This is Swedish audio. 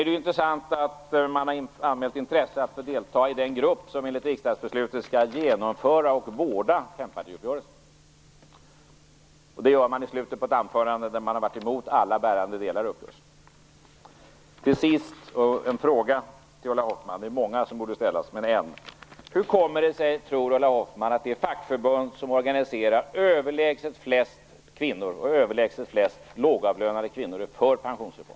Det är intressant att man har anmält intresse att delta i den grupp som enligt riksdagsbeslutet skall genomföra och vårda fempartiuppgörelsen. Det gör man i slutet av ett anförande där man varit mot alla bärande delar av uppgörelsen. Till sist en fråga till Ulla Hoffmann - det är många som borde ställas: Hur kommer det sig att det fackförbund som organiserar överlägset flest kvinnor och överlägset flest lågavlönade kvinnor är för pensionsreformen?